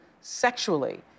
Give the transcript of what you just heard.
sexually